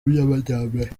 by’amajyambere